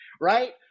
right